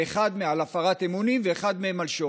שאחד מהם על הפרת אמונים ואחד מהם על שוחד.